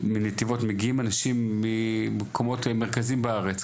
שבנתיבות מגיעים אנשים ממקומות מרכזיים בארץ,